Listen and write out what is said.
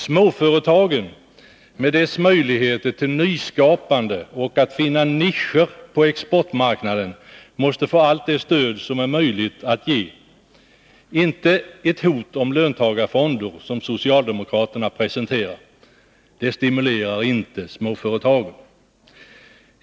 Småföretagen, med sina möjligheter till nyskapande och att finna nischer på exportmarknaden, måste få allt det stöd som är möjligt att ge, inte ett hot om löntagarfonder, som socialdemokraterna presenterar. Det stimulerar inte småföretagen.